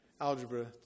algebra